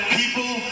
people